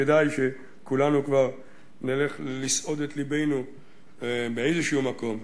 כדאי שכולנו כבר נלך לסעוד את לבנו באיזה מקום.